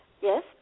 Yes